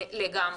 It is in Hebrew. לגמרי.